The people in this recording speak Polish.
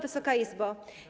Wysoka Izbo!